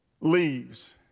leaves